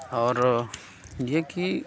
اور یہ کہ